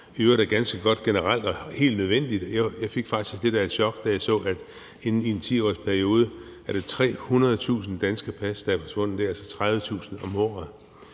er ganske godt og helt nødvendigt. Jeg fik faktisk lidt af et chok, da jeg så, at det i en 10-årig periode er 300.000 danske pas, der er forsvundet. Det er altså 30.000 om året,